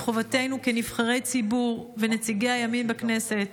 מחובתנו כנבחרי ציבור ונציגי הימין בכנסת